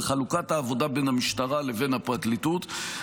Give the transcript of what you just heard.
בחלוקת העבודה בין המשטרה לבין הפרקליטות,